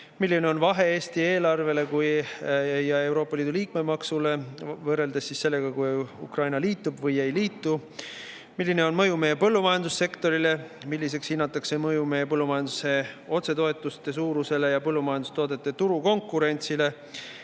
Milline on vahe Eesti eelarvele ja Euroopa Liidu liikmemaksule võrreldes sellega, kui Ukraina liitub või ei liitu? Milline on mõju meie põllumajandussektorile? Milliseks hinnatakse mõju meie põllumajanduse otsetoetuste suurusele ja põllumajandustoodete turukonkurentsile?